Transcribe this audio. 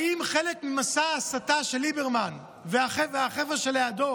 האם חלק ממסע ההסתה של ליברמן והחבר'ה שלידו